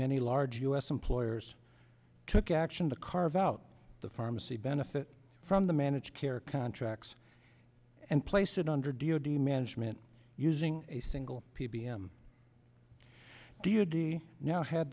many large us employers took action to carve out the pharmacy benefit from the managed care contracts and place it under d o d management using a single p b m deity now had